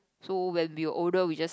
so when we were older we just